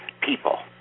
people